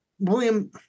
William